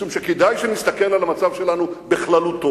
משום שכדאי שנסתכל על המצב שלנו בכללותו,